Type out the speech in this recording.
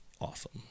awesome